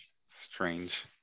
Strange